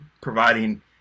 providing